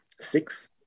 Six